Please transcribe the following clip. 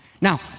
Now